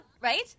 right